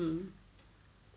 mm